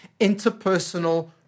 interpersonal